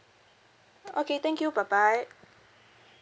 okay thank you bye bye